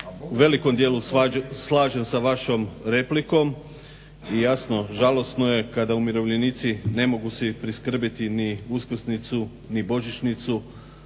u velikom dijelu slažem sa vašom replikom i jasno žalosno je kada umirovljenici ne mogu si priskrbiti ni uskrsnicu ni božićnicu